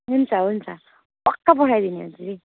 हुन्छ हुन्छ पक्का पठाइदिने हो दिदी